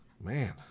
Man